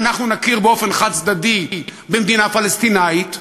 אנחנו נכיר באופן חד-צדדי במדינה פלסטינית,